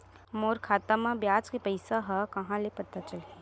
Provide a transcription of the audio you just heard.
मोर खाता म ब्याज के पईसा ह कहां ले पता चलही?